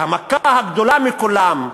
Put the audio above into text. והמכה הגדולה מכולן,